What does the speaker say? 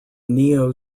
neo